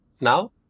Now